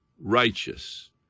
righteous